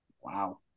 Wow